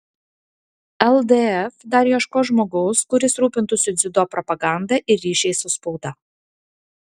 ldf dar ieškos žmogaus kuris rūpintųsi dziudo propaganda ir ryšiais su spauda